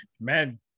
Man